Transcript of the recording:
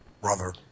Brother